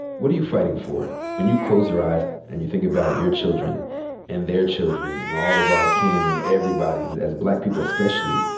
what are you fighting for? when you close your eyes and you think about your children and their children and all of our kin and everybody's, as black people especially,